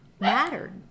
mattered